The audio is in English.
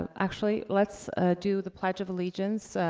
actually, let's do the pledge of allegiance,